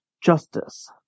Justice